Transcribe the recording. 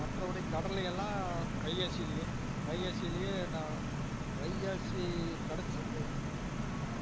மற்றபடி கடலையெல்லாம் வைகாசியிலியே வைகாசியிலியே நான் வைகாசி கடசிக்கு